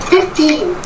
Fifteen